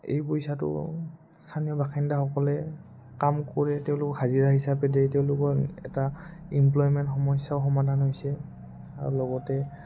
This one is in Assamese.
এই পইচাটো স্থানীয় বাসিন্দাসকলে কাম কৰে তেওঁলোকক হাজিৰা হিচাপে দিয়ে তেওঁলোকৰ এটা ইমপ্লয়মেণ্ট সমস্যাও সমাধান হৈছে আৰু লগতে